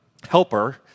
helper